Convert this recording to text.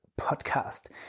podcast